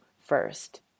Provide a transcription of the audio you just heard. first